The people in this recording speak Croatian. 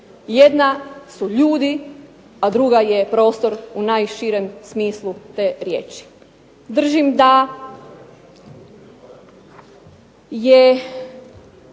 Jedna su ljudi, a druga je prostor u najširem smislu te riječi. Držim da je